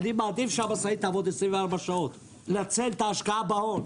אני מעדיף שהמשאית תעבוד 24 שעות כדי לנצל את ההשקעה בהון.